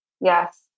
Yes